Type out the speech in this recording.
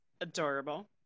adorable